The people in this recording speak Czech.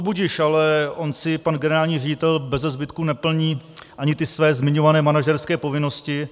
No budiž, ale on si pan generální ředitel beze zbytku neplní ani ty své zmiňované manažerské povinnosti.